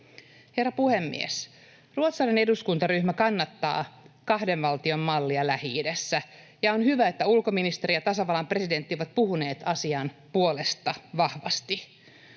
Herra puhemies! Ruotsalainen eduskuntaryhmä kannattaa kahden valtion mallia Lähi-idässä, ja on hyvä, että ulkoministeri ja tasavallan presidentti ovat puhuneet asian puolesta vahvasti.